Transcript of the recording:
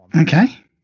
Okay